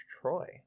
Troy